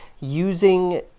using